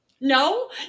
No